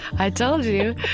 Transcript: i told you.